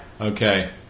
Okay